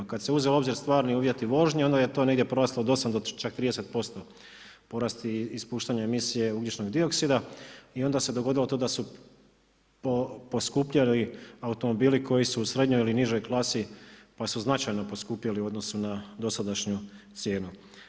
Kad se uzme u obzir stvarni uvjeti vožnje onda je to negdje poraslo do 8 do čak 30% porasta ispuštanja emisije ugljičnog dioksida i onda se dogodilo to da su poskupjeli automobili koji su u srednjoj ili nižoj klasi pa su značajno poskupjeli u odnosu na dosadašnju cijenu.